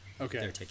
Okay